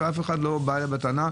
ואף אחד לא בא אליה בטענה.